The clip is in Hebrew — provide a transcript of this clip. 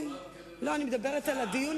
מכובדי,